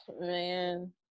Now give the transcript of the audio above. Man